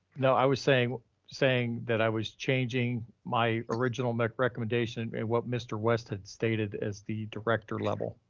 no, i was saying saying that i was changing my original mc recommendation and what mr. west had stated as the director level.